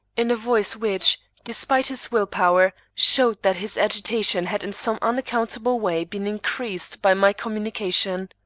in a voice which, despite his will-power, showed that his agitation had in some unaccountable way been increased by my communication.